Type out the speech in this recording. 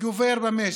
גוברת במשק.